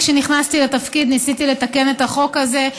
כשנכנסתי לתפקיד ניסיתי לתקן את החוק הזה,